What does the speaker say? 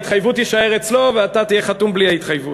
ההתחייבות תישאר אצלו ואתה תהיה חתום בלי ההתחייבות.